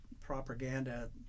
propaganda